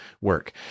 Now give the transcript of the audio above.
work